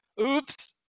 Oops